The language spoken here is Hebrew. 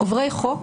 עוברי חוק